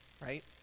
Right